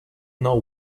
know